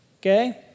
Okay